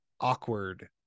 awkward